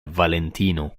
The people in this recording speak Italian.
valentino